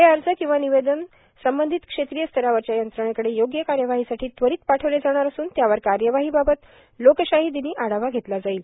हे अर्ज किंवा निवेदनं संबंधित क्षेत्रीय स्तरावरच्या यंत्रणेकडे योग्य कार्यवाहीसाठी त्वरित पाठवले जाणार असून त्यावर कार्यवाहीबाबत लोकशाही दिनी आढावा घेतला जाईल